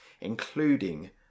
including